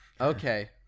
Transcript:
Okay